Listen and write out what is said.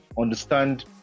understand